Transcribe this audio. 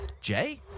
Jay